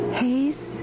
haze